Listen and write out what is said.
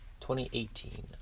2018